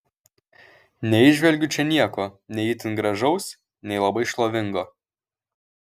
neįžvelgiu čia nieko nei itin gražaus nei labai šlovingo